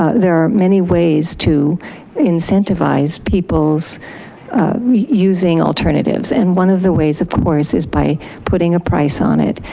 ah there are many ways to incentivize people's using alternatives. and one of the ways, of course, is by putting a price on it.